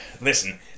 Listen